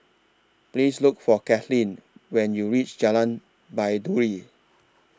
Please Look For Kathlene when YOU REACH Jalan Baiduri